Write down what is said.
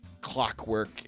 clockwork